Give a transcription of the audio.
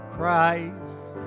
Christ